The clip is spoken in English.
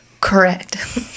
Correct